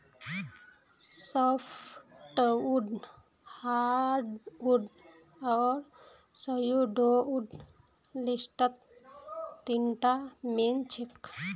softwood hardwood आर pseudowood लिस्टत तीनटा मेन छेक